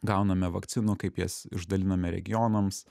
gauname vakcinų kaip jas išdaliname regionams